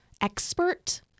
expert